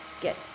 get